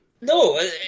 No